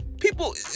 people